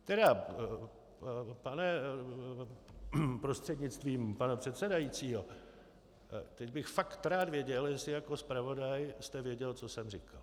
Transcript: Teda pane, prostřednictvím pana předsedajícího, teď bych fakt rád věděl, jestli jako zpravodaj jste věděl, co jsem říkal.